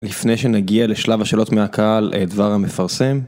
לפני שנגיע לשלב השאלות מהקהל דבר המפרסם.